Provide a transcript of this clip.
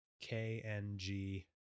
K-N-G